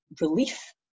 relief